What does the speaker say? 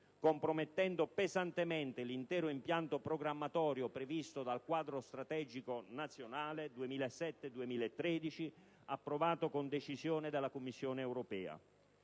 compromettendo pesantemente l'intero impianto programmatorio previsto dal quadro strategico nazionale 2007‑2013, approvato con decisione dalla Commissione europea.